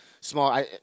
small –